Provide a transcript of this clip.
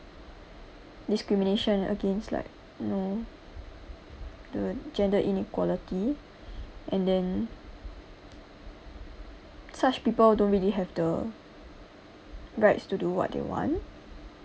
discrimination against like you know the gender inequality and then such people don't really have the rights to do what they want